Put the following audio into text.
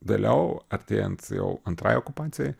vėliau artėjant jau antrai okupacijai